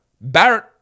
Barrett